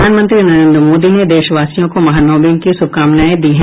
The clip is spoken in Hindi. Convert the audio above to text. प्रधानमंत्री नरेंद्र मोदी ने देशवासियों को महानवमी की शुभकामनाएं दी हैं